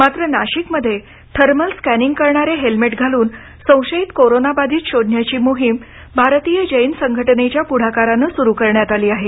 मात्र नाशिकमध्ये thermal scanning करणारे हेल्मेट घालून संशयित कोरोनाबाधित शोधण्याची मोहीम भारतीय जैन संघटनेच्या पुढाकारानं सुरु करण्यात आली आहे